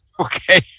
Okay